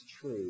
true